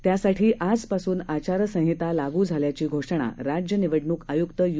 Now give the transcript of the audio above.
त्यासाठीआजपासूनआचारसंहितालागुझाल्याचीघोषणाराज्यनिवडणूकआय्क्तयू